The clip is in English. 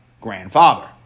grandfather